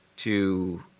to,